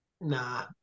nah